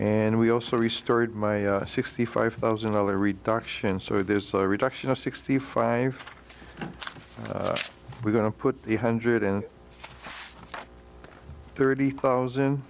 and we also restarted my sixty five thousand dollar reduction so there's a reduction of sixty five we're going to put the hundred and thirty thousand